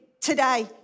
today